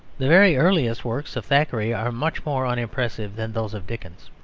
the very earliest works of thackeray are much more unimpressive than those of dickens.